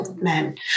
men